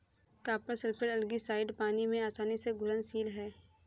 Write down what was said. copper sulphate algicide पानी में आसानी से घुलनशील है